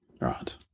right